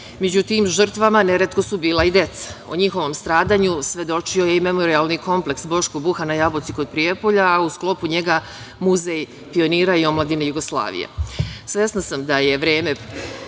Među tim žrtvama su neretko bila i deca. O njihovim stradanjima svedočio je i Memorijalni kompleks Boško Buha na Jabuci kod Prijepolja, a u sklopu njega Muzej pionira i omladine Jugoslavije. Svesna